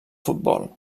futbol